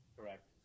Correct